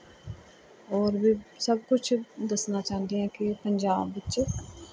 ਔਰ ਵੀ ਸਭ ਕੁਛ ਦੱਸਣਾ ਚਾਹੁੰਦੀ ਹਾਂ ਕਿ ਪੰਜਾਬ ਵਿੱਚ